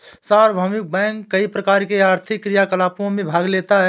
सार्वभौमिक बैंक कई प्रकार के आर्थिक क्रियाकलापों में भाग लेता है